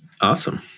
Awesome